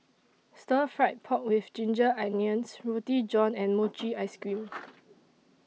Stir Fried Pork with Ginger Onions Roti John and Mochi Ice Cream